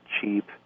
cheap